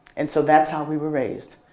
and so that's how we were raised.